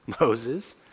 Moses